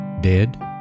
Dead